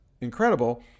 incredible